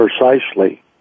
precisely